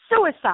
Suicide